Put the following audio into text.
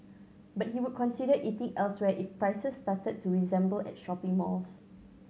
but he would consider eating elsewhere if prices started to resemble at shopping malls